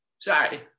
Sorry